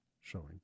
showing